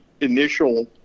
initial